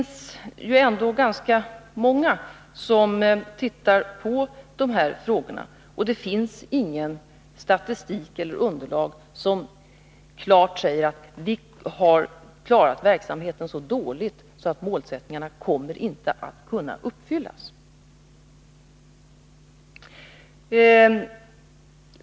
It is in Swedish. Men det är ju ändå ganska många som tittar på de här frågorna, och det finns ingen statistik som klart säger att vi har klarat verksamheten så dåligt att målsättningarna inte kommer att uppfyllas.